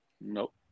Nope